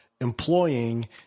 employing